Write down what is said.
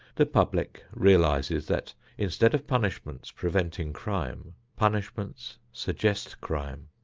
the public realizes that instead of punishments preventing crime, punishments suggest crime.